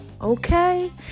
Okay